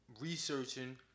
researching